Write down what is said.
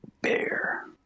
bear